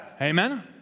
Amen